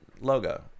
logo